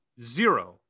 zero